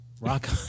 rock